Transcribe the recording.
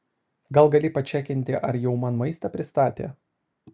gal gali pačekinti ar jau man maistą pristatė